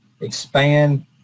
expand